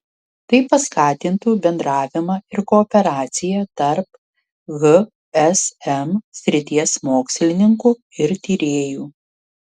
tai paskatintų bendravimą ir kooperaciją tarp hsm srities mokslininkų ir tyrėjų